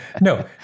no